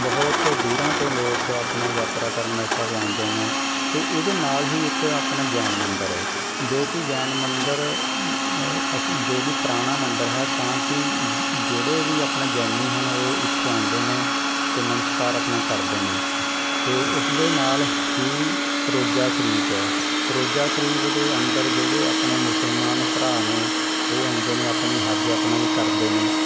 ਬਹੁਤ ਦੂਰਾਂ ਤੋਂ ਲੋਕ ਆਪਣਾ ਯਾਤਰਾ ਕਰਨਾ ਆਉਂਦੇ ਨੇ ਤੇ ਇਹਦੇ ਨਾਲ ਹੀ ਇੱਕ ਆਪਣਾ ਜੈਨ ਮੰਦਰ ਏ ਜੋ ਕੀ ਜੈਨ ਮੰਦਰ ਅਸੀਂ ਜੋ ਕੀ ਪੁਰਾਣਾ ਮੰਦਰ ਹੈ ਤਾਂ ਕੀ ਜਿਹੜੇ ਵੀ ਆਪਣਾ ਜੈਨੀ ਹਨ ਉਹ ਇੱਥੇ ਆਉਂਦੇ ਨੇ ਤੇ ਨਮਸਕਾਰ ਆਪਣਾ ਕਰਦੇ ਨੇ ਤੇ ਉਸਦੇ ਨਾਲ ਹੀ ਰੋਜਾ ਸ਼ਰੀਫ ਹੈ ਰੋਜਾ ਸ਼ਰੀਫ ਦੇ ਅੰਦਰ ਜਿਹੜੇ ਆਪਣੇ ਮੁਸਲਮਾਨ ਭਰਾ ਨੇ ਉਹ ਆਉਂਦੇ ਨੇ ਆਪਣੀ ਹੱਜ ਆਪਣਾ ਕਰਦੇ ਨੇ